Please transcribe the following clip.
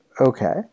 Okay